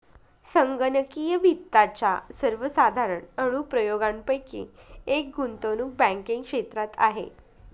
संगणकीय वित्ताच्या सर्वसाधारण अनुप्रयोगांपैकी एक गुंतवणूक बँकिंग क्षेत्रात आहे